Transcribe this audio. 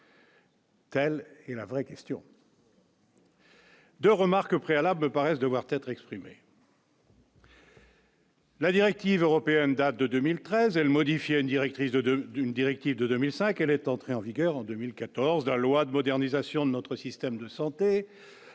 Quelle est la vraie question. 2 remarques préalables me paraissent devoir t'être exprimé. La directive européenne date de 2013 elle modifiait une directrice de, de, d'une directive de 2005, elle est entrée en vigueur en 2014 de la loi de modernisation de notre système de santé